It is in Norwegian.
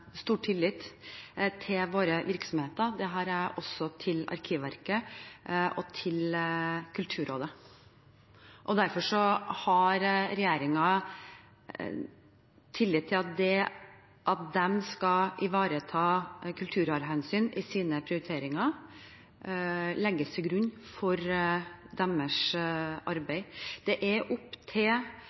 stor tillit til våre virksomheter. Det har jeg også til Arkivverket og til Kulturrådet. Derfor har regjeringen tillit til at det at de skal ivareta kulturarvhensyn i sine prioriteringer, legges til grunn for deres arbeid. Det er opp til